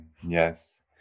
yes